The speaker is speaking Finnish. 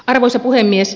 arvoisa puhemies